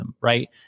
right